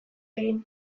egin